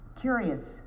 curious